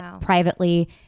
Privately